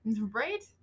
Right